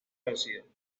vencido